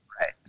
right